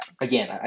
again